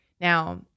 now